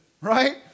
right